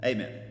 Amen